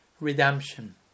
redemption